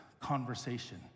conversation